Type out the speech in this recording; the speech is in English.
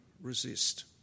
resist